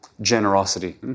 generosity